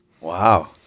Wow